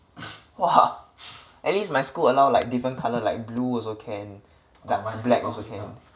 !wah! at least my school allow like different colour like blue also can like black also can